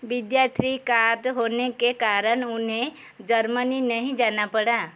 विद्यार्थी कार्ड होने के कारण उन्हें जर्मनी नहीं जाना पड़ा